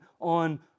on